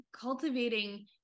cultivating